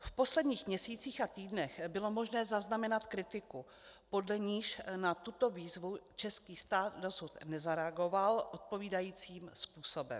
V posledních měsících a týdnech bylo možné zaznamenat kritiku, podle níž na tuto výzvu český stát dosud nezareagoval odpovídajícím způsobem.